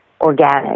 organic